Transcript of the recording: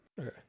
Okay